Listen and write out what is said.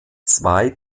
zwei